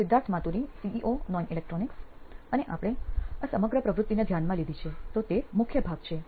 Siddharth Maturi CEO નોઇન electronics અને આપણે આ સમગ્ર પ્રવૃત્તિને ધ્યાનમાં લીધી છે તો તે મુખ્ય ભાગ છે